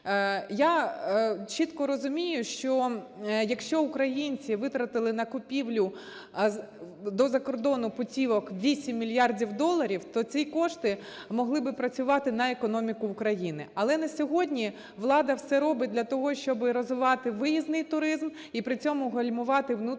Я чітко розумію, що, якщо українці витратили на купівлю до закордону путівок 8 мільярдів доларів, то ці кошти могли би працювати на економіку України. Але на сьогодні влада все робить для того, щоби розвивати виїзний туризм і при цьому гальмувати внутрішній